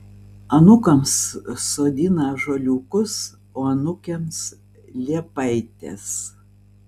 anūkams sodina ąžuoliukus o anūkėms liepaites